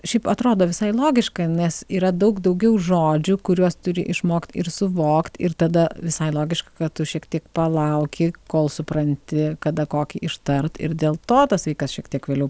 šiaip atrodo visai logiška nes yra daug daugiau žodžių kuriuos turi išmokt ir suvokt ir tada visai logiška kad tu šiek tiek palauki kol supranti kada kokį ištart ir dėl to tas vaikas šiek tiek vėliau